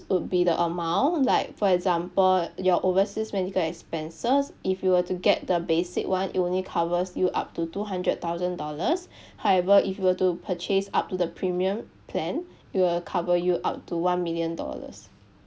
would be the amount like for example your overseas medical expenses if you were to get the basic one it only covers you up to two hundred thousand dollars however if you were to purchase up to the premium plan it will cover you up to one million dollars